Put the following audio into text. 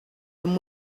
than